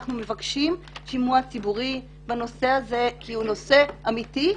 אנחנו מבקשים שימוע ציבורי בנושא הזה כי הוא נושא אמיתי.